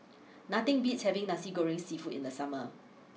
nothing beats having Nasi Goreng Seafood in the summer